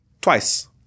Twice